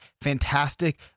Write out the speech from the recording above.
fantastic